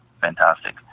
Fantastic